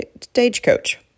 stagecoach